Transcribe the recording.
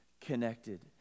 connected